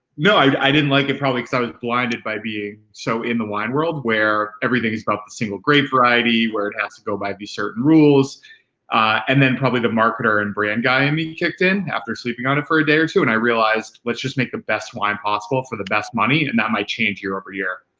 no, i i didn't like it probably cause i was blinded by being so in the wine world world where everything is about the single grape variety where it has to go by the certain rules and then probably the marketer and brand guy and me kicked in after sleeping on it for a day or two and i realized let's just make the best wine possible for the best money and that might change year over year.